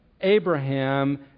Abraham